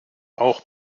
auch